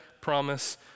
promise